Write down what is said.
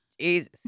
Jesus